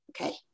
Okay